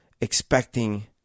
expecting